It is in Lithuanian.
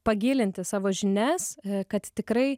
pagilinti savo žinias kad tikrai